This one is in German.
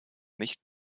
nicht